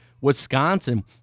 Wisconsin